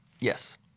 Yes